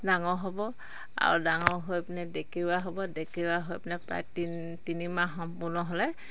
ডাঙৰ হ'ব আৰু ডাঙৰ হৈ পিনে ডেকেৰুৱা হ'ব ডেকেৰুৱা হৈ পিনে প্ৰায় তিনি তিনিমাহ সম্পূৰ্ণ হ'লে